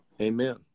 amen